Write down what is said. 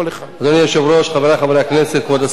אדוני היושב-ראש, חברי חברי הכנסת, כבוד השרים,